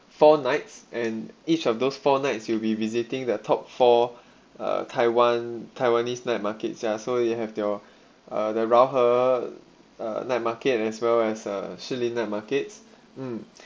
four nights and each of those four nights you'll be visiting the top four uh taiwan taiwanese night markets ya so you have your uh the rao he uh night market and as well as uh shi lin night markets mm